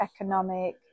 economic